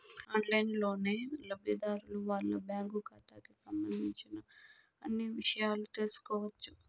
ఆన్లైన్లోనే లబ్ధిదారులు వాళ్ళ బ్యాంకు ఖాతాకి సంబంధించిన అన్ని ఇషయాలు తెలుసుకోవచ్చు